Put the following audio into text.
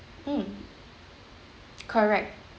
mm correct